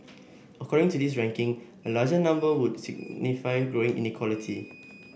according to this ranking a larger number would signify growing inequality